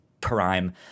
Prime